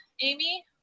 Amy